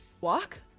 walk